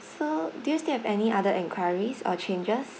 so do you still have any other enquiries or changes